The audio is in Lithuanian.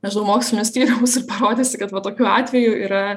nežinau mokslinius tyrimus ir parodysi kad va tokiu atveju yra